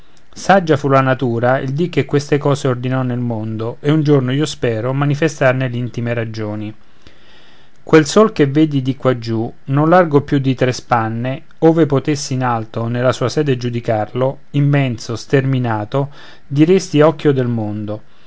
saggia fu la natura il dì che queste cose ordinò nel mondo e un giorno io spero manifestarne l'intime ragioni quel sol che vedi di quaggiù non largo più di tre spanne ove potessi in alto nella sua sede giudicarlo immenso sterminato diresti occhio del mondo